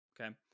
okay